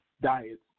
diets